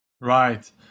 right